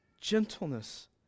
gentleness